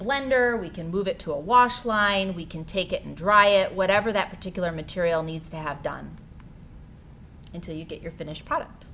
blender we can move it to a wash line we can take it and dry it whatever that particular material needs to have done until you get your finished product